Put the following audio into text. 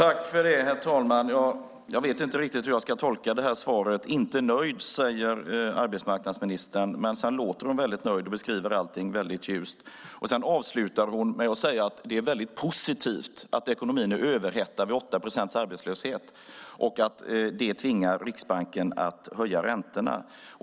Herr talman! Jag vet inte riktigt hur jag ska tolka det här svaret. "Inte nöjda", säger arbetsmarknadsministern, men sedan låter hon väldigt nöjd och beskriver allting ljust. Sedan avslutar hon med att säga att det är positivt att ekonomin är överhettad, att det är 8 procents arbetslöshet och att det tvingar Riksbanken att höja räntorna.